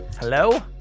Hello